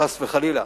חס וחלילה,